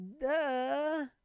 Duh